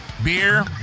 beer